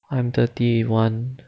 I am thirty one